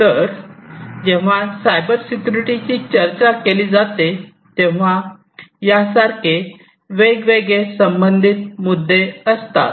तर जेव्हा सायबर सिक्युरिटीची चर्चा केली जाते तेव्हा यासारखे वेगवेगळे संबंधित मुद्दे असतात